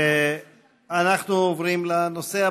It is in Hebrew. נעבור להצעות